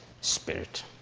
spirit